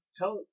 tell